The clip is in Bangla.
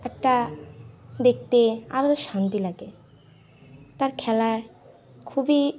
একটা দেখতে আলাদা শান্তি লাগে তার খেলায় খুবই